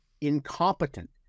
incompetent